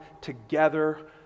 together